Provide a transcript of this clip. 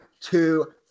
two